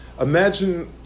Imagine